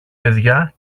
παιδιά